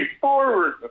forward